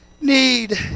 need